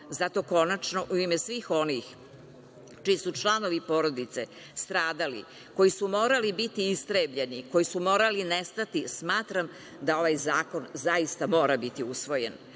Zato, konačno, u ime svih onih čiji su članovi porodice stradali, koji su morali biti istrebljeni, koji su morali nestati, smatram da ovaj zakon, zaista mora biti usvojen.